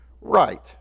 Right